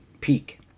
peak